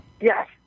Yes